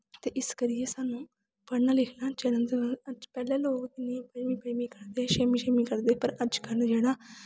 ते इस करियै सानूं पढ़ना लिखना चाहिदा पैह्लें लोग पंजमी पंजमी छेमीं छेमीं करदे हे पर अज्ज जेह्ड़ा